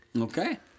Okay